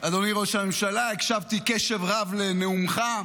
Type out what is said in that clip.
אדוני ראש הממשלה, הקשבתי בקשב רב לנאומך.